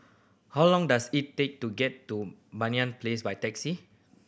how long does it take to get to Banyan Place by taxi